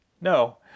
No